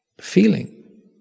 feeling